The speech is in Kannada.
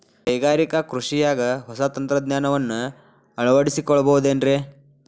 ಕೈಗಾರಿಕಾ ಕೃಷಿಯಾಗ ಹೊಸ ತಂತ್ರಜ್ಞಾನವನ್ನ ಅಳವಡಿಸಿಕೊಳ್ಳಬಹುದೇನ್ರೇ?